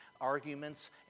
arguments